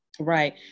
Right